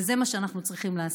וזה מה שאנחנו צריכים לעשות.